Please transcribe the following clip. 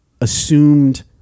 assumed